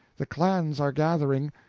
the clans are gathering.